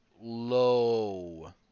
low